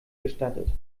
gestattet